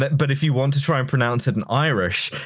but but if you want to try and pronounce it in irish,